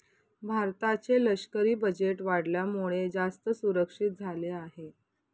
भारताचे लष्करी बजेट वाढल्यामुळे, जास्त सुरक्षित झाले आहे